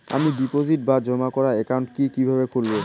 আমি ডিপোজিট বা জমা করার একাউন্ট কি কিভাবে খুলবো?